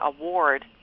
award